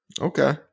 Okay